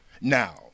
Now